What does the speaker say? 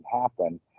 happen